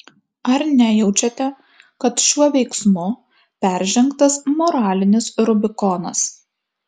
ar nejaučiate kad šiuo veiksmu peržengtas moralinis rubikonas